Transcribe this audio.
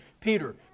Peter